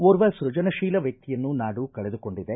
ಓರ್ವ ಸೃಜನಶೀಲ ವ್ವಕ್ತಿಯನ್ನು ನಾಡು ಕಳೆದುಕೊಂಡಿದೆ